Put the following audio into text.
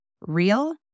Real